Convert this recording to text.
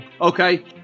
Okay